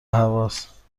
هواست